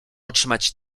otrzymać